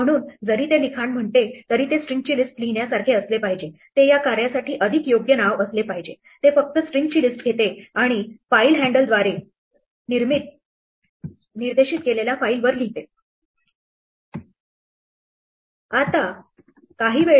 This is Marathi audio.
म्हणून जरी ते लिखाण म्हणते तरी ते स्ट्रिंगची लिस्ट लिहिण्यासारखे असले पाहिजे ते या कार्यासाठी अधिक योग्य नाव असले पाहिजे ते फक्त स्ट्रिंगज़ची ची लिस्ट घेते आणि फाइल हँडलद्वारे निर्देशित केलेल्या फाईलवर लिहिते